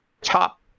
top